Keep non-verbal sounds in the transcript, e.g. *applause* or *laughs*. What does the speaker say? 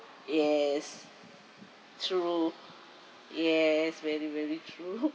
yes true yes very very true *laughs*